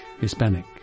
Hispanic